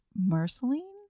Marceline